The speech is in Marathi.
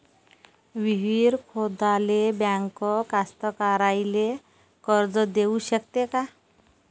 विहीर खोदाले बँक कास्तकाराइले कर्ज देऊ शकते का?